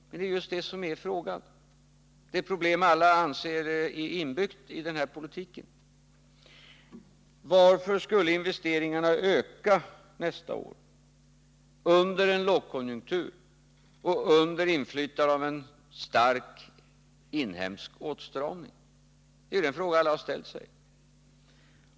Men det är just det frågan gäller — det är det problem som är inbyggt i den här politiken: Varför skulle investeringarna öka nästa år — under en lågkonjunktur och under inflytande av en stark inhemsk åtstramning? Det är den fråga alla har ställt sig.